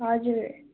हजुर